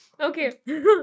Okay